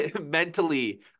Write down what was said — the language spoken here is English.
mentally –